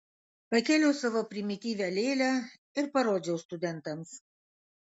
pakėliau savo primityvią lėlę ir parodžiau studentams